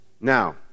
Now